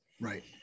right